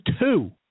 two